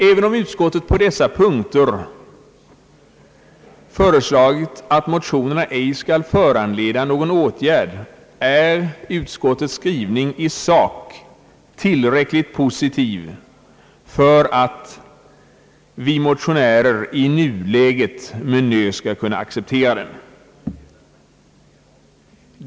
Även om utskottet på dessa punkter föreslagit att motionerna ej skall föranleda någon åtgärd, är utskottets skrivning i sak tillräckligt positiv för att vi motionärer i nuläget med nöd skall kunna acceptera den.